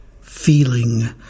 feeling